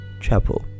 chapel